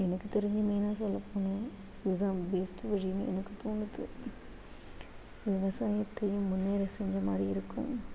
எனக்கு தெரிஞ்சு மெயினாக சொல்லப்போனால் இதுதான் பெஸ்ட் வழின்னு எனக்கு தோணுது விவசாயத்தையும் முன்னேற செஞ்ச மாதிரி இருக்கும்